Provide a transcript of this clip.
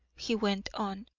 he went on,